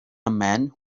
man